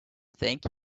think